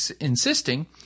insisting